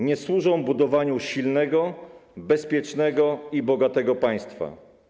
Nie służą one budowaniu silnego, bezpiecznego i bogatego państwa.